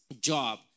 job